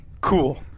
Cool